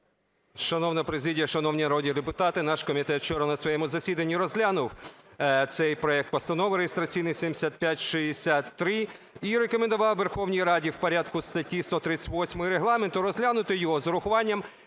Шановна президія, шановні народні депутати! Наш комітет учора на своєму засіданні розглянув цей проект постанови (реєстраційний 7563) і рекомендував Верховній Раді в порядку статті 138 Регламенту розглянути його з урахуванням